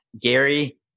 Gary